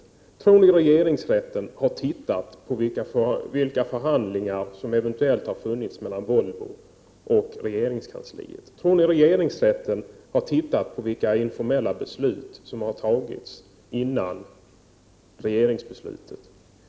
Tror ni i utskottsmajoriteten att regeringsrätten har undersökt vilka förhandlingar som eventuellt har skett mellan Volvo och regeringskansliet? Tror ni vidare att regeringsrätten har undersökt vilka informella beslut som har fattats före regeringsbeslutet?